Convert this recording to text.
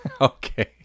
Okay